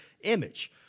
image